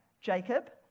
Jacob